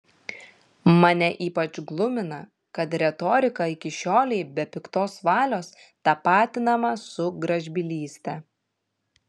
mane ypač glumina kad retorika iki šiolei be piktos valios tapatinama su gražbylyste